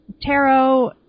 Tarot